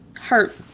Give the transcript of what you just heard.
hurt